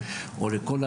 קודם כל,